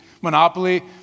Monopoly